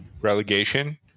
relegation